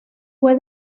fue